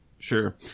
Sure